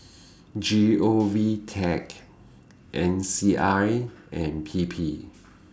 G O V Tech N C I and P P